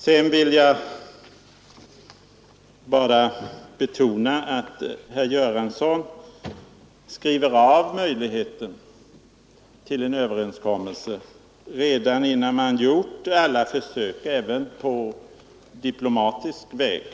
Jag vill betona att herr Göransson skriver av möjligheten till en överenskommelse redan innan man gjort alla försök, inklusive försök på diplomatisk väg.